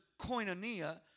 koinonia